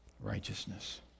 righteousness